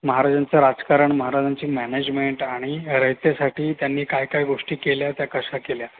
महाराजांचं राजकारण महाराजांची मॅनेजमेंट आणि रयतेसाठी त्यांनी काय काय गोष्टी केल्या त्या कशा केल्या